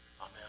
amen